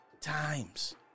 times